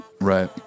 Right